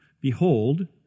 Behold